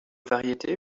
variété